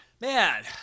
Man